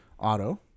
auto